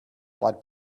blood